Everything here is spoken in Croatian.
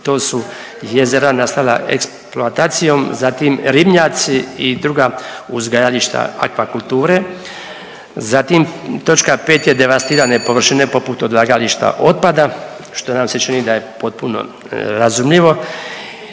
to su jezera nastala eksploatacijom, zatim ribnjaci i druga uzgajališta aquakulture. Zatim točka 5. je devastirane površine poput odlagališta otpada što nam se čini da je potpuno razumljivo